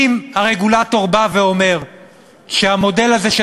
אם הרגולטור בא ואומר שהמודל הזה של